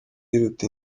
iruta